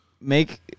make